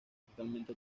totalmente